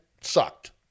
sucked